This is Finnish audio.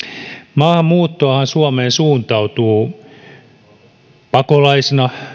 maahanmuuttoahan suuntautuu suomeen pakolaisina